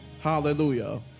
Hallelujah